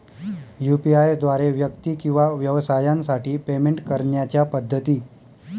UPI द्वारे व्यक्ती किंवा व्यवसायांसाठी पेमेंट करण्याच्या पद्धती